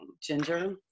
Ginger